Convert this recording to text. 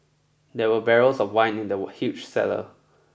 there were barrels of wine in the huge cellar